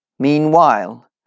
Meanwhile